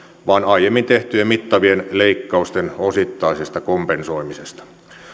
vaan aiemmin tehtyjen mittavien leikkausten osittaisesta kompensoimisesta